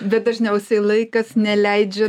bet dažniausiai laikas neleidžia